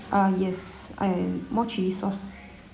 ah yes and more chilli sauce